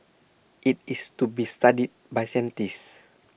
IT is to be studied by scientists